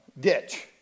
ditch